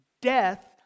death